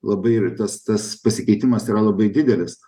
labai ir tas tas pasikeitimas yra labai didelis